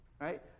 right